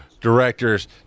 directors